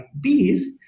bees